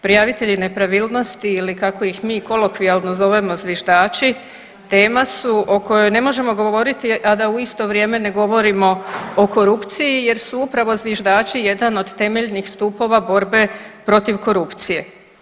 Prijavitelji nepravilnosti ili kako ih mi kolokvijalno zovemo zviždači tema su o kojoj ne možemo govoriti, a da u isto vrijeme ne govorimo o korupciji jer su upravo zviždači jedan od temeljnih stupova borbe protiv korupcije.